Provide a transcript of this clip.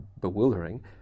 bewildering